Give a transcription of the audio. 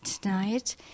tonight